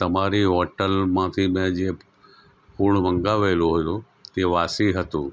તમારી હોટલમાંથી મેં જે ફૂડ મંગાવેલું હતું તે વાસી હતું